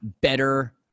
better